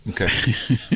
Okay